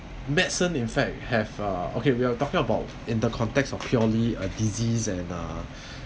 medicine in fact have uh okay we are talking about in the context of purely a disease and uh